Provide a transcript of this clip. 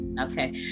Okay